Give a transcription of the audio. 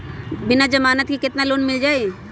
बिना जमानत के केतना लोन मिल जाइ?